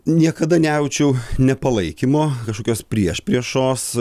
niekada nejaučiau nepalaikymo kažkokios priešpriešos